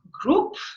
group